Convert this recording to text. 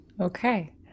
okay